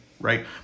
right